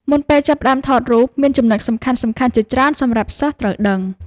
មុនពេលចាប់ផ្ដើមថតរូប មានចំណុចសំខាន់ៗជាច្រើនសម្រាប់សិស្សត្រូវដឹង។